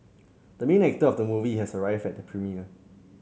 the main actor of the movie has arrived at the premiere